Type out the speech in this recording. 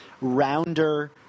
rounder